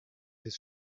his